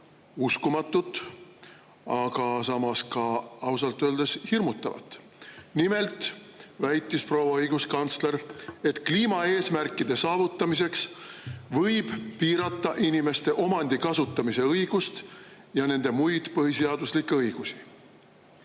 uskumatut, aga samas ka ausalt öeldes hirmutavat. Nimelt väitis proua õiguskantsler, et kliimaeesmärkide saavutamiseks võib piirata inimeste omandi kasutamise õigust ja nende muid põhiseaduslikke õigusi.